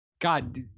God